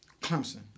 Clemson